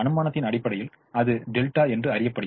அனுமானத்தின் அடிப்படையில் அது δ அறியப்படுகிறது